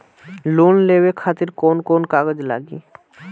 Loan लेवे खातिर कौन कौन कागज लागी?